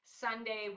Sunday